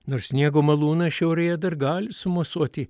nors sniego malūnas šiaurėje dar gali sumosuoti